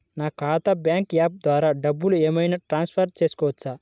నా ఖాతా bank app ద్వారా డబ్బులు ఏమైనా ట్రాన్స్ఫర్ పెట్టుకోవచ్చా?